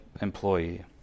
employee